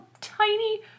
tiny